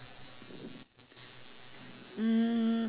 mm